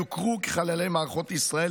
יוכרו כחללי מערכות ישראל,